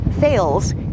fails